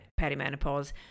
perimenopause